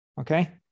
okay